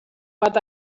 but